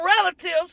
relatives